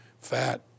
fat